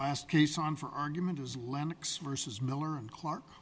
last piece on for argument is lennox versus miller and clark